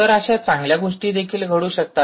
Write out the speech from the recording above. तर अशा चांगल्या गोष्टी देखील घडू शकतात